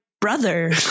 brother